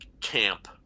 camp